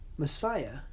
Messiah